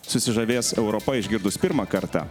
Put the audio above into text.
susižavės europa išgirdus pirmą kartą